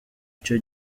icyo